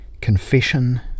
Confession